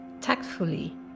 tactfully